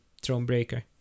Thronebreaker